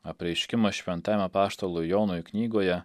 apreiškimas šventajam apaštalui jonui knygoje